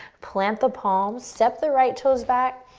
plant the palms, step the right toes back,